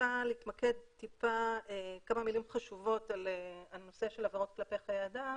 רוצה להתמקד ולומר כמה מילים חשובות על נושא עבירות כלפי חיי אדם.